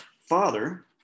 Father